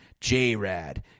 J-Rad